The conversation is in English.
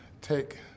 take